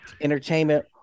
entertainment